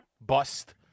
bust